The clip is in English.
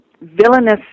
villainous